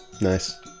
nice